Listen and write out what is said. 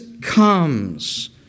comes